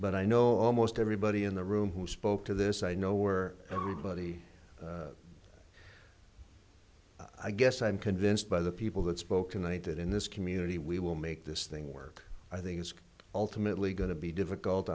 but i know almost everybody in the room who spoke to this i know where everybody i guess i'm convinced by the people that spoke tonight that in this community we will make this thing work i think it's ultimately going to be difficult